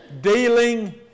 dealing